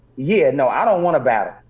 yeah no, i don't wanna battle.